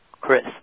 Chris